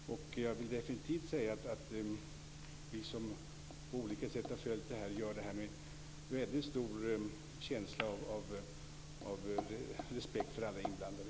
Jag vill definitivt säga att vi som på olika sätt har följt det här gör det med en väldigt stor känsla av respekt för alla inblandade.